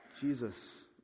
Jesus